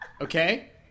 Okay